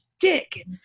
dick